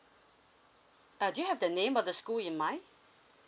uh do you have the name of the school in mind